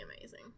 amazing